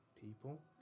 people